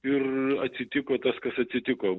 ir atsitiko tas kas atsitiko